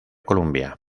columbia